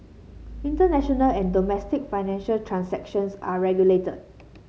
international and domestic financial transactions are regulated